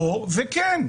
לא וכן.